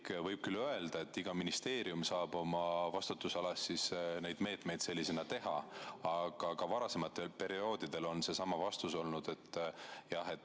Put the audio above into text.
Võib küll öelda, et iga ministeerium saab oma vastutusalas neid meetmeid sellisena teha, aga ka varasematel perioodidel on olnud seesama vastus, et jah,